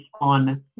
on